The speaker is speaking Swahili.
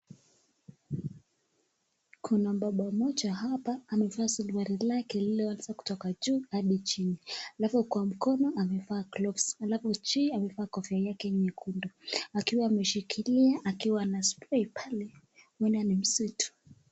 Kuna baba mmoja hapa amevaa surale lake lililo kutoka juu hadi chini. Alafu kwa mkono amevaa gloves . Alafu juu amevalia kofia yake nyekundu akiwa ameshikilia, akiwa ana spray pale. Huenda ni msitu.